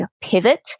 pivot